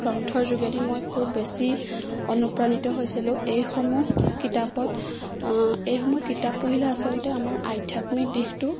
গ্ৰন্থৰ যোগেদি মই খুব বেছি অনুপ্ৰাণিত হৈছিলোঁ এইসমূহ কিতাপত এইসমূহ কিতাপ পঢ়িলে আচলতে আমাৰ আধ্যাত্মিক দিশটো